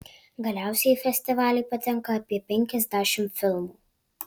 galiausiai į festivalį patenka apie penkiasdešimt filmų